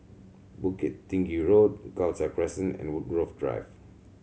Bukit Tinggi Road Khalsa Crescent and Woodgrove Drive